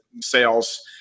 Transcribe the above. sales